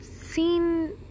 seen